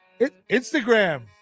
instagram